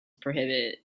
prohibited